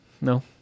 No